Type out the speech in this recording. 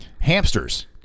hamsters